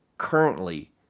Currently